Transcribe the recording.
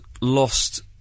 lost